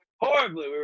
horribly